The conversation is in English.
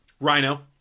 Rhino